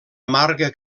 amarga